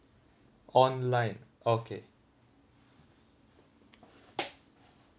online okay